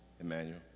Emmanuel